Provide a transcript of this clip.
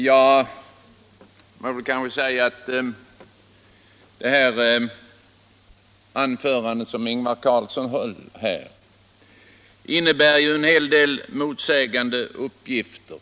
Herr talman! I det anförande som herr Carlsson i Tyresö höll förekom en hel del motsägande uppgifter.